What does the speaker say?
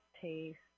taste